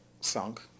sunk